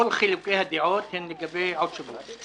כל חילוקי הדעות הן לגבי עוד שבוע.